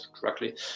correctly